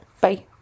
Bye